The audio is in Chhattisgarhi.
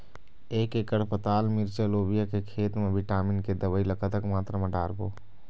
एक एकड़ पताल मिरचा लोबिया के खेत मा विटामिन के दवई ला कतक मात्रा म डारबो?